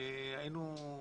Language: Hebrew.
היינו,